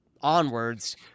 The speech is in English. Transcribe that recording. onwards